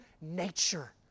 nature